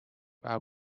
our